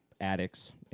addicts